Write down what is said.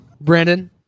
Brandon